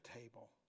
table